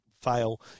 fail